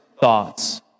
thoughts